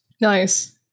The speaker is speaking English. Nice